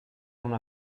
una